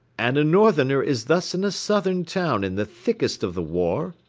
and a northerner is thus in a southern town in the thickest of the war?